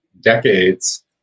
decades